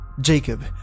Jacob